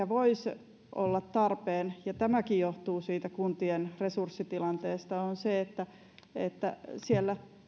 voisi olla tarpeen ja tämäkin johtuu kuntien resurssitilanteesta siitä että siellä